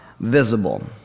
visible